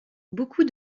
beaucoup